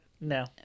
No